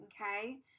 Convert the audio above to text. okay